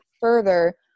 further